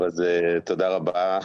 טוב, תודה רבה.